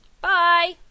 Bye